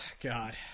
God